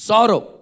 Sorrow